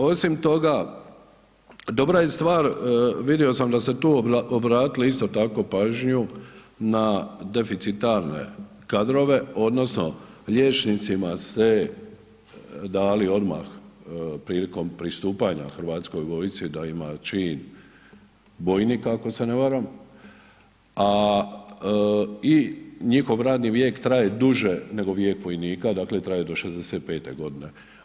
Osim toga dobra je stvar, vidio sam da ste tu obratili isto tako pažnju na deficitarne kadrove odnosno liječnicima ste dali odmah prilikom pristupanja Hrvatskoj vojsci da ima čin bojnik, ako se ne varam, a njihov radni vijek traje duže nego vijek vojnika, dakle traje do 65. godine.